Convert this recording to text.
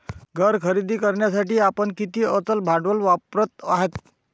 घर खरेदी करण्यासाठी आपण किती अचल भांडवल वापरत आहात?